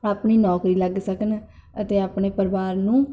ਆਪਣੀ ਨੌਕਰੀ ਲੱਗ ਸਕਣ ਅਤੇ ਆਪਣੇ ਪਰਿਵਾਰ ਨੂੰ